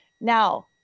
Now